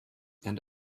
and